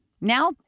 Now